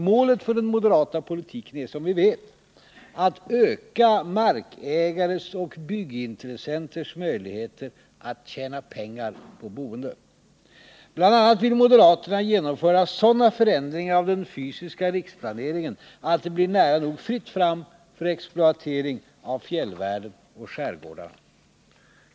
Målet för den moderata politiken är som vi vet att öka markägares och byggintressenters möjligheter att tjäna pengar på de boende. Bl.a. vill moderaterna genomföra sådana förändringar av den fysiska riksplaneringen att det blir nära nog fritt fram för exploatering av fjällvärlden och skärgårdarna.